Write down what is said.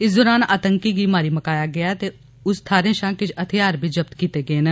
इस दौरान आतंकी गी मारी मकाया गेया ऐ ते उस थाहरे शां किश हथियार बी जब्त कीते गे न